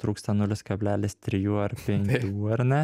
trūksta nulis kablelis trijų ar penkių ar ne